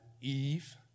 Eve